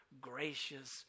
gracious